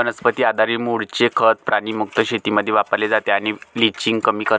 वनस्पती आधारित मूळचे खत प्राणी मुक्त शेतीमध्ये वापरले जाते आणि लिचिंग कमी करते